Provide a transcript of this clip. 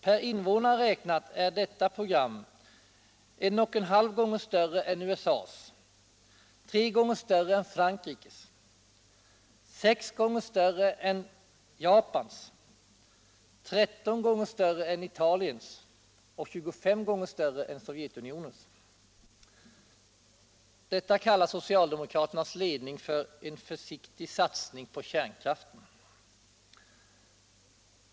Per invånare räknat är detta program 1,5 gånger större än USA:s, 3 gånger större än Frankrikes, 6 gånger större än Japans, 13 gånger större än Italiens och 25 gånger större än Sovjetunionens. Detta kallar socialdemokraternas ledning ”en försiktig satsning på kärnkraften”.